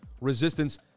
resistance